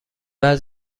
بعد